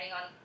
on